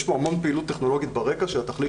יש כאן המון פעילות טכנולוגית ברקע שהתכלית